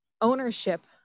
ownership